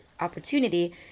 opportunity